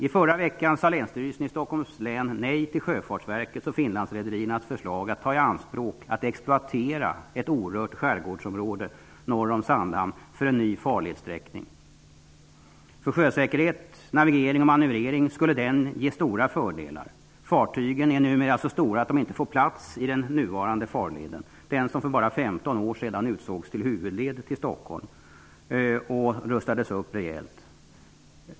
I förra veckan sade Länsstyrelsen i Finlandsrederiernas förslag att ta i anspråk och exploatera ett orört skärgårdsområde norr om Sandhamn för en ny farledssträckning. För sjösäkerhet, navigering och manövrering skulle den ge stora fördelar. Fartygen är numera så stora att de inte får plats i den nuvarande farleden, den som för bara 15 år sedan utsågs till huvudled till Stockholm och rustades upp rejält.